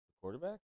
Quarterback